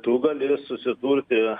tu gali susidurti